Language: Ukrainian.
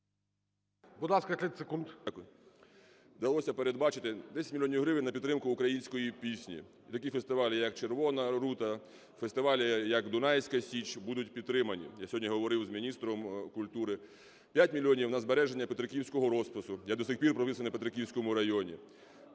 Вдалося передбачити 10 мільйонів гривень на підтримку української пісні. Такі фестивалі як "Червона рута", фестивалі як "Дунайська Січ" будуть підтримані. Я сьогодні говорив з міністром культури. 5 мільйонів – на збереження петриківського розпису. Я до сих пір прописаний в Петриківському районі.